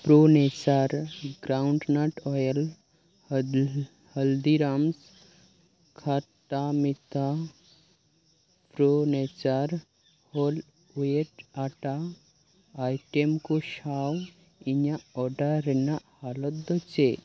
Pro Nature groundnut oil ᱦᱟᱰᱤᱞ ᱦᱟᱞᱫᱤᱨᱟᱢ ᱠᱷᱟᱴᱟ ᱢᱤᱛᱟ Pro Nature whole wheat atta item ᱠᱚ ᱥᱟᱶ ᱤᱧᱟᱹᱜ ᱚᱰᱟᱨ ᱨᱮᱱᱟᱜ ᱦᱟᱞᱚᱛ ᱫᱚ ᱪᱮᱫ